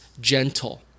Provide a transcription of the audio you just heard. gentle